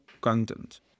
content